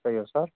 सोलह सए